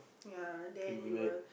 ya then we will